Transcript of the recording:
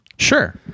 Sure